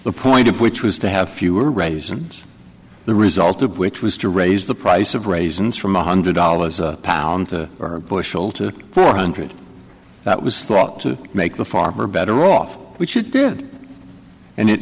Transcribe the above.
the point of which was to have fewer raisins the result of which was to raise the price of raisins from one hundred dollars a pound or a bushel to four hundred that was thought to make the farmer better off which it did and it